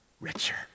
richer